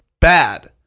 bad